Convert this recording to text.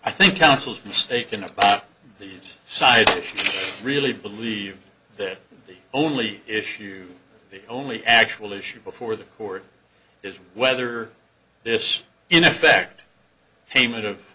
i think councils mistaken about these side really believe that the only issue the only actual issue before the court is whether this in effect payment of